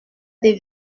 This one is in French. des